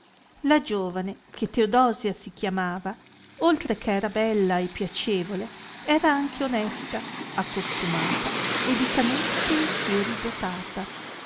la giovane che teodosia si chiamava oltre che era bella e piacevole era anche onesta accostumata e di canuti pensieri dotata